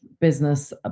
business